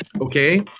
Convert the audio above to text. Okay